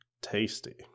Tasty